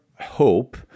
hope